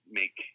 make